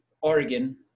Oregon